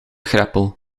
greppel